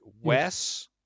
Wes